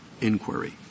inquiry